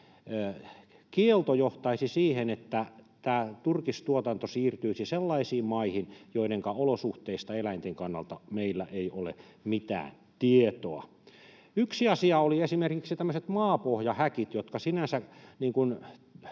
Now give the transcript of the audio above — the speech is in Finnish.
kielto johtaisi siihen, että turkistuotanto siirtyisi sellaisiin maihin, joidenka olosuhteista eläinten kannalta meillä ei ole mitään tietoa. Yksi asia oli esimerkiksi tämmöiset maapohjahäkit, joista sinänsä